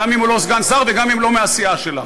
גם אם הוא לא סגן שר וגם אם הוא לא מהסיעה שלך.